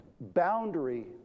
boundary